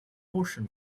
ocean